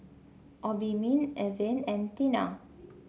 Obimin Avene and Tena